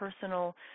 personal